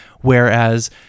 Whereas